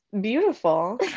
beautiful